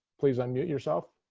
please unmute yourself.